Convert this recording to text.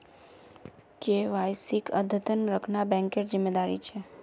केवाईसीक अद्यतन रखना बैंकेर जिम्मेदारी छे